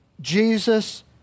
Jesus